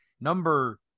number